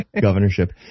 governorship